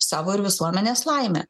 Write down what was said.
savo ir visuomenės laimę